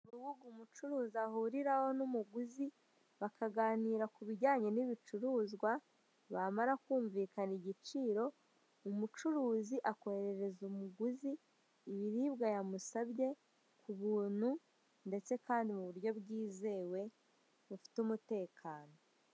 Urubuga umucuruzi ahuriraho n'umuguzi bakaganira kubijyanye n'ibicuruzwa bamara kumvikana igiciro, umucuruzi akoherereza umuguzi ibiribwa yamusabye k'ubuntu ndetse kandi mu buryo bwizewe bufite umutekano.